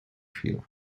chwilę